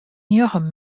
njoggen